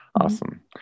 Awesome